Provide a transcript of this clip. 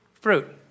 fruit